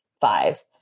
five